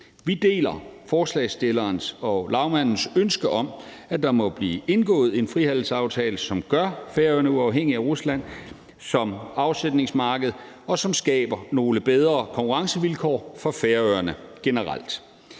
Vi deler forslagsstillernes og lagmandens ønske om, at der må blive indgået en frihandelsaftale, som gør Færøerne uafhængige af Rusland som afsætningsmarked, og som skaber nogle bedre konkurrencevilkår for Færøerne generelt.